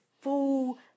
full